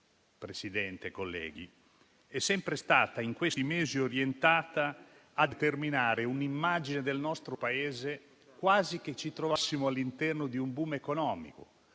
questi mesi, è sempre stata orientata a determinare un'immagine del nostro Paese quasi che ci trovassimo all'interno di un *boom* economico,